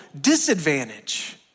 disadvantage